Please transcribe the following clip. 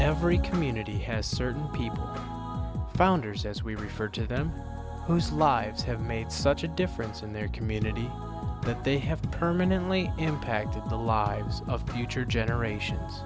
every community has certain people founders as we refer to them whose lives have made such a difference in their community but they have permanently impacted the lives of future generations